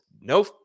no